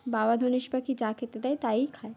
বাবা ধনেশ পাখি যা খেতে দেয় তাইই খায়